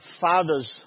fathers